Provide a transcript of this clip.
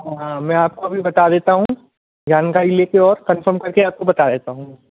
और हाँ मैं आपको अभी बता देता हूँ जानकारी लेकर और कंफर्म करके आपको बता देता हूँ